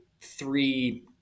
three